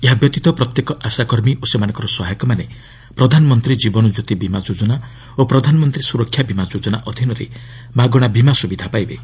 ଏହା ବ୍ୟତୀତ ପ୍ରତ୍ୟେକ ଆଶାକର୍ମୀ ଓ ସେମାନଙ୍କ ସହାୟକମାନେ ପ୍ରଧାନମନ୍ତ୍ରୀ ଜୀବନ କ୍ୟୋତି ବିମା ଯୋଜନା ଓ ପ୍ରଧାନମନ୍ତ୍ରୀ ସୁରକ୍ଷା ବିମା ଯୋଜନା ଅଧୀନରେ ମାଗଣା ବିମା ସୁବିଧା ପାଇବେ